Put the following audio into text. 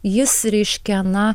jis reiškia na